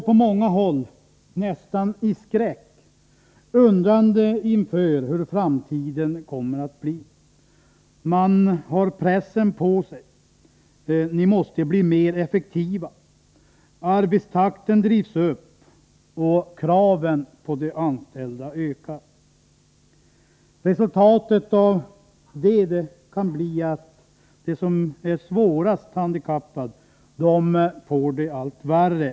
På många håll går man — nästan i skräck — undrande inför hur framtiden kommer att bli. Man har pressen på sig: ni måste bli mer effektiva. Arbetstakten drivs upp, och kraven på de anställda ökar. Resultatet av detta kan bli att de som är svårast handikappade får det allt värre.